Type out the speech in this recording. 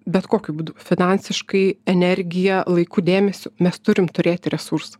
bet kokiu būdu finansiškai energija laiku dėmesiu mes turim turėti resursų